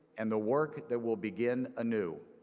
and the work that will begin anew.